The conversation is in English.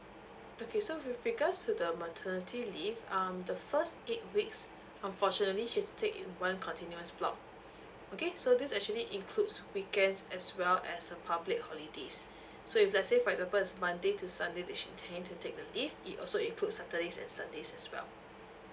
okay so with regards to the maternity leave um the first eight weeks unfortunately she has to take in one continuous block okay so this actually includes weekends as well as uh public holidays so if let's say for example is monday to sunday that she intending to take the leave it also includes saturdays and sundays as well